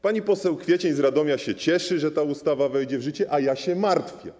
Pani poseł Kwiecień z Radomia się cieszy, że ta ustawa wejdzie w życie, a ja się martwię.